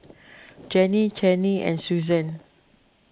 Jenny Channie and Susann